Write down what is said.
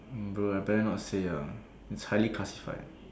bro I better not say ya it's highly classified